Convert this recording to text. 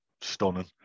stunning